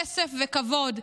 כסף וכבוד.